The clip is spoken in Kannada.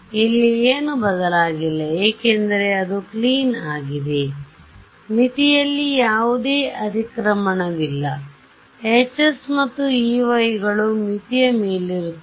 ಇಲ್ಲಿ ಏನೂ ಬದಲಾಗಿಲ್ಲ ಏಕೆಂದರೆ ಅದು ಕ್ಲೀನ್ ಆಗಿದೆ ಮಿತಿಯಲ್ಲಿ ಯಾವುದೇ ಅತಿಕ್ರಮಣವಿಲ್ಲ Hs ಮತ್ತು Ey ಗಳು ಮಿತಿಯ ಮೇಲಿರುತ್ತವೆ